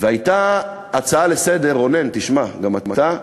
והייתה הצעה לסדר-היום, רונן, תשמע, גם אתה,